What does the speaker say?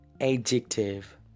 adjective